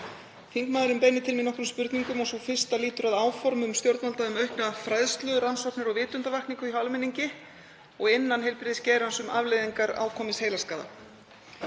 Þingmaðurinn beinir til mín nokkrum spurningum og sú fyrsta lýtur að áformum stjórnvalda um aukna fræðslu, rannsóknir og vitundarvakningu hjá almenningi og innan heilbrigðisgeirans um afleiðingar ákomins heilaskaða.